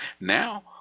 Now